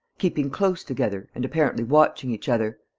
keeping close together and apparently watching each other.